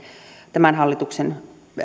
tämän hallituksen